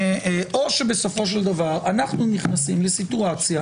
או שבסופו של דבר אנחנו נכנסים לסיטואציה